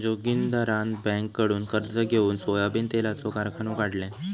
जोगिंदरान बँककडुन कर्ज घेउन सोयाबीन तेलाचो कारखानो काढल्यान